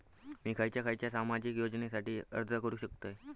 मी खयच्या खयच्या सामाजिक योजनेसाठी अर्ज करू शकतय?